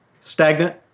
Stagnant